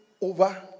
over